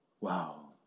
Wow